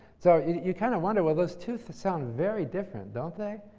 so, you kind of wonder, well, those two sound very different, don't they?